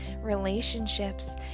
relationships